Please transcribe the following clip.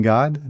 God